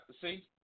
See